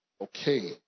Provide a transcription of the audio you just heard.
Okay